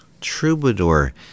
Troubadour